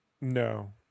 No